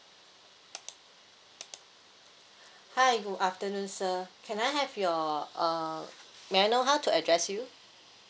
hi good afternoon sir can I have your uh may I know how to address you